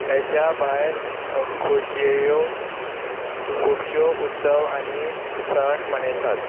हेज्या भायर खोशये खुबश्यो उत्सव आनी सण मनयतात